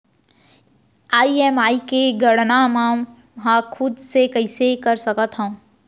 EMI के गड़ना मैं हा खुद से कइसे कर सकत हव?